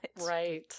right